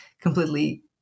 completely